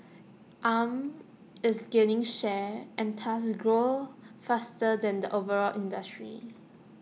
arm is gaining share and thus grows faster than the overall industry